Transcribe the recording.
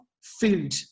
food